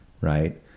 right